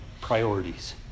priorities